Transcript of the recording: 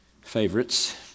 favorites